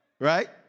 Right